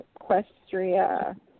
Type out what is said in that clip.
Equestria